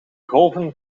golven